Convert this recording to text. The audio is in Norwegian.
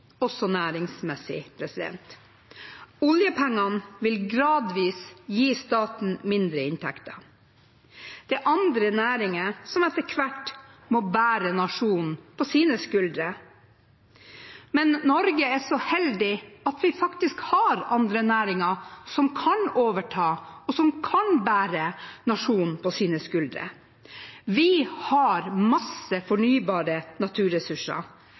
også næringsmessig. Oljepengene vil gradvis gi staten mindre inntekter. Det er andre næringer som etter hvert må bære nasjonen på sine skuldre. Men vi i Norge er så heldige at vi faktisk har andre næringer som kan overta, og som kan bære nasjonen på sine skuldre. Vi har mange fornybare naturressurser,